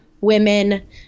women